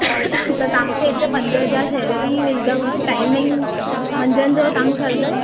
त तव्हांखे हिते पंज हज़ार सैलरी मिलंदव टाइमिंग मंझंदि जो तव्हांखे हलंदव